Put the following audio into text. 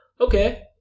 Okay